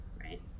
right